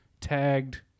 tagged